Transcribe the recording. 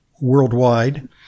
worldwide